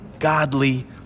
godly